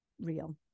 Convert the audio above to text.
real